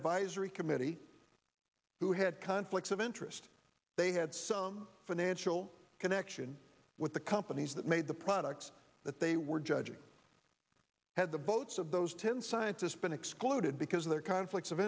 advisory committee who had conflicts of interest they had some financial connection with the companies that made the products that they were judging had the votes of those ten scientists been excluded because of their conflicts of